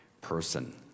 person